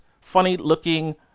funny-looking